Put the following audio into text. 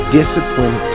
discipline